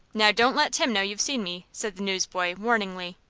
now, don't let tim know you've seen me, said the newsboy, warningly.